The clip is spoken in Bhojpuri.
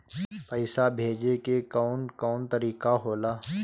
पइसा भेजे के कौन कोन तरीका होला?